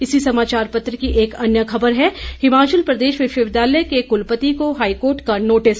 इसी समाचार पत्र की एक अन्य खबर है हिमाचल प्रदेश विश्वविद्यालय के कुलपति को हाईकोर्ट का नोटिस